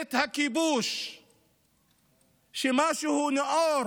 את הכיבוש כמשהו נאור,